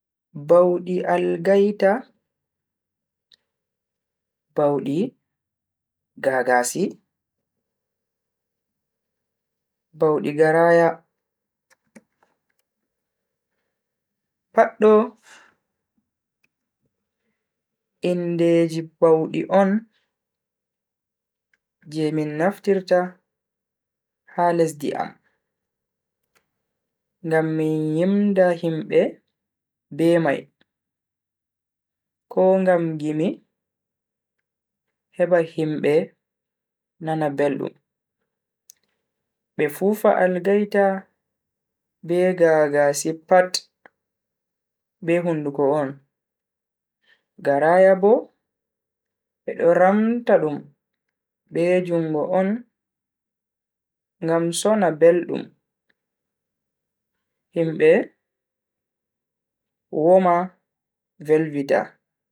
Baudi algaita, baudi gagasi, baudi garaya. Pat do indeji baudi on je min naftirta ha lesdi am ngam min yimda himbe be mai ko ngam gimi heba himbe nana beldum. Be fufa agaita be gaagaasi pat be hunduko on, garaya bo bedo ramta dum be jungo on gam sona beldum himbe woma velvita.